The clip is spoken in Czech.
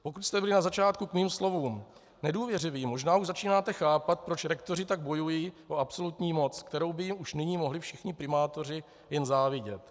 Pokud jste byli na začátku k mým slovům nedůvěřiví, možná už začínáte chápat, proč rektoři tak bojují o absolutní moc, kterou by jim už nyní mohli všichni primátoři jen závidět.